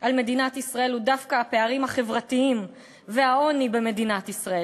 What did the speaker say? על מדינת ישראל הוא דווקא הפערים החברתיים והעוני במדינת ישראל.